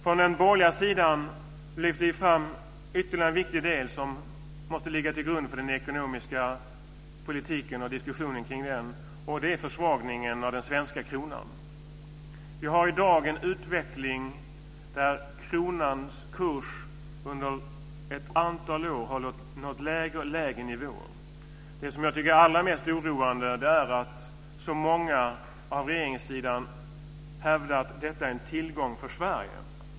Vi på den borgerliga sidan lyfter fram ytterligare en viktig del som måste ligga till grund för den ekonomiska politiken och diskussion kring den. Det är försvagningen av den svenska kronan. Vi har i dag en utveckling där kronans kurs under ett antal år har nått lägre och lägre nivåer. Det som jag tycker är allra mest oroande är att så många på regeringssidan hävdar att detta är en tillgång för Sverige.